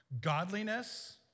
Godliness